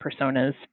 personas